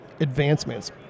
advancements